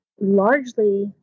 largely